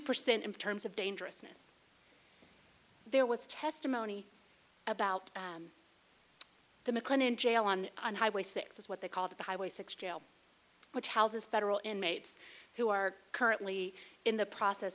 percent in terms of dangerousness there was testimony about the mclennan jail on on highway six was what they called the highway six jail which houses federal inmates who are currently in the process